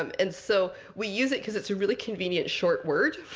um and so we use it because it's a really convenient short word.